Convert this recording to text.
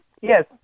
Yes